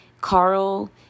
carl